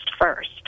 first